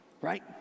right